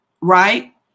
Right